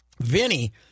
Vinny –